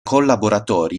collaboratori